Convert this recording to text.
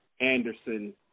Anderson